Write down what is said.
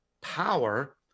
power